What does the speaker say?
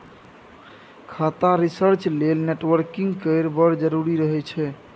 खाता रिसर्च लेल नेटवर्किंग केर बड़ जरुरी रहय छै